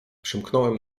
przymknąłem